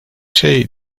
şey